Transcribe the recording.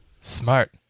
smart